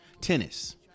Tennis